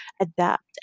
adapt